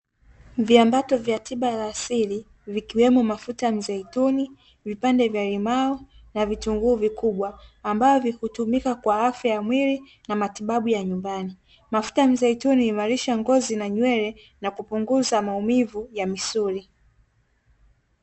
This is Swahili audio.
Viambato vya tiba ya asili vikiwemo mafuta ya mzeituni, vipande vya limao na vitunguu vikubwa ambavyo hutumika kwa afya ya mwili na matibabu ya nyumbani. Mafuta ya mzeituni huimarisha ngozi na nywele na kupunguza maumivu ya misuli.